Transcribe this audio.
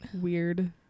weird